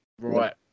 right